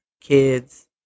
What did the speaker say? kids